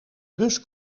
bus